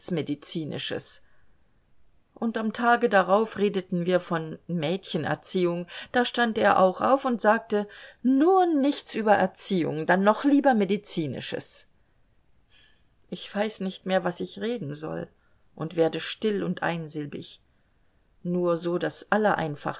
medizinisches und am tage darauf redeten wir von mädchen erziehung da stand er auch auf und sagte nur nichts über erziehung dann noch lieber medizinisches ich weiß nicht mehr was ich reden soll und werde still und einsilbig nur so das